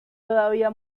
todavía